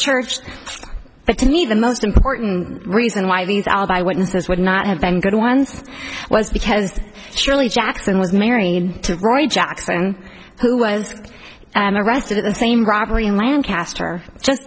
church but to me the most important reason why these alibi witnesses would not have been good ones was because surely jackson was married to roy jackson who was arrested at the same robbery in lancaster just